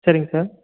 சரிங் சார்